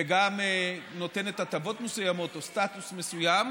וגם נותנת הטבות מסוימות או סטטוס מסוים,